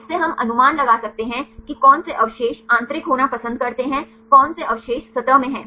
इससे हम अनुमान लगा सकते हैं कि कौन से अवशेष आंतरिक होना पसंद करते हैं कौन से अवशेष सतह में हैं